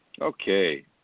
Okay